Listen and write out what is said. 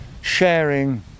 sharing